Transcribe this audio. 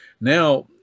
now